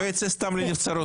שלא ייצא סתם לנבצרות.